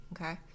okay